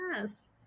Yes